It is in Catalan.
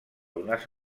unes